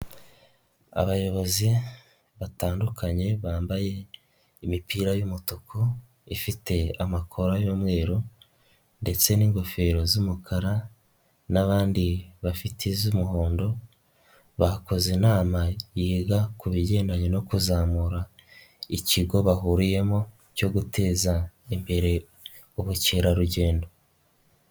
Abayobozi batandukanye bambaye imipira y'umutuku ifite amakora y'umweru ndetse n'ingofero z'umukara n'abandi bafite iz'umuhondo, bakoze inama yiga ku bijyandanye no kuzamura ikigo bahuriyemo cyo guteza imbere ubukerarugendo.